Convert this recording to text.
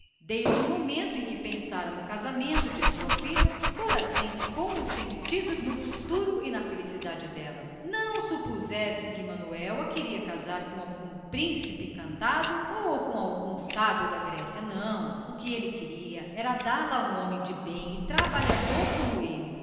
desde o momento em que pensara no casamento de sua filha fora sempre com sentido no futuro e na felicidade dela não fossem supor que ele queria casá la com algum príncipe encantado ou com algum sábio da grécia senhor o que queria era dá-la a um homem de bem e trabalhador como ele